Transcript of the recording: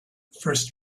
first